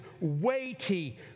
weighty